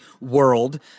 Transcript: world